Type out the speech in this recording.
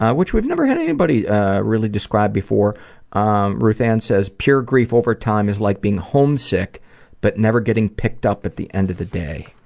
ah which we've never had anybody really describe before um ruth ann says pure grief over time is like being homesick but never getting picked up at the end of the day.